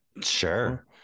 sure